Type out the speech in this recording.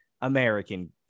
American